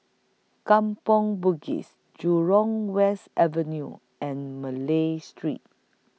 Kampong Bugis Jurong West Avenue and Malay Street